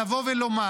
לבוא ולומר: